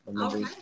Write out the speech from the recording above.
Okay